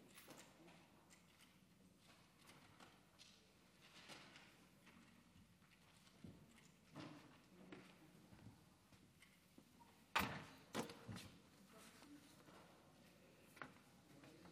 תודה.